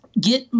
get